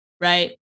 right